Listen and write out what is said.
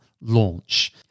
launch